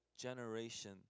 generation